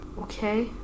Okay